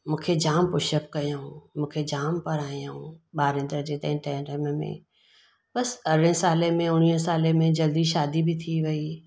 मूंखे जाम push up कयो मूंखे जाम पढ़ायूं ॿारहें दर्जे ताईं तंहिं टाइम में बसि अरिड़हें साले मेंं उणिवीह साले में जल्दी शादी बि थी वेई